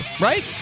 right